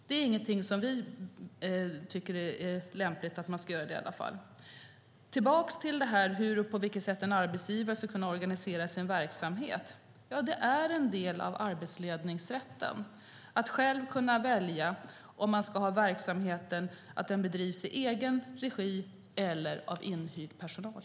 Det tycker i alla fall inte vi är lämpligt. För att gå tillbaka till hur och på vilket sätt en arbetsgivare ska kunna organisera sin verksamhet är det en del av arbetsledningsrätten att själv kunna välja om verksamheten ska bedrivas i egen regi eller med inhyrd personal.